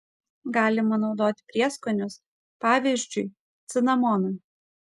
galima naudoti prieskonius pavyzdžiui cinamoną